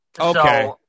Okay